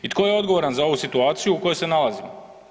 I tko je odgovoran za ovu situaciju u kojoj se nalazimo?